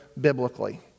biblically